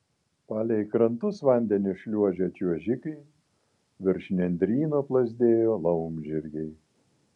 palei krantus vandeniu šliuožė čiuožikai virš nendryno plazdėjo laumžirgiai